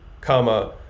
comma